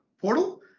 portal